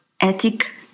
ethic